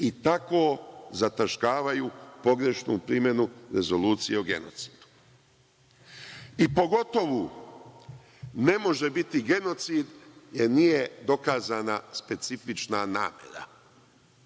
i tako zataškavaju pogrešnu primenu Rezolucije o genocidu. Pogotovo, ne može biti genocid jer nije dokazana specifična namera.